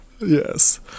Yes